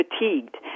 fatigued